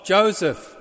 Joseph